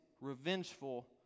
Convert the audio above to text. revengeful